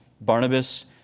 Barnabas